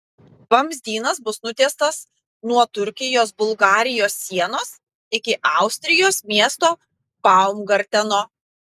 vamzdynas bus nutiestas nuo turkijos bulgarijos sienos iki austrijos miesto baumgarteno